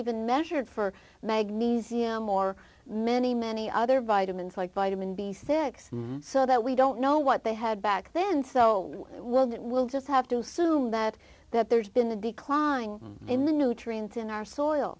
even measured for magnesium or many many other vitamins like vitamin b six so that we don't know what they had back then so we'll get we'll just have to soon that that there's been a decline in the nutrients in our soil